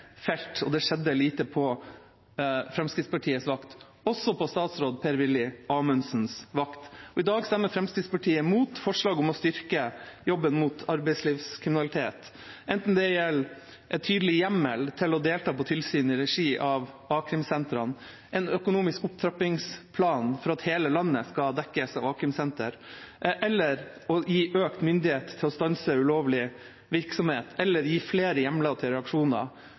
felt, og det skjedde lite på Fremskrittspartiets vakt, også på tidligere statsråd Per-Willy Amundsens vakt. I dag stemmer Fremskrittspartiet imot forslaget om å styrke jobben mot arbeidslivskriminalitet, enten det gjelder en tydelig hjemmel til å delta på tilsyn i regi av a-krimsentrene, en økonomisk opptrappingsplan for at hele landet skal dekkes av a-krimsentre, eller å gi økt myndighet til å stanse ulovlig virksomhet eller gi flere hjemler til